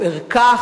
ערכה,